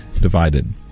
divided